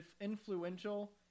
influential